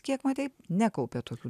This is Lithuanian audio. kiek matei nekaupia tokių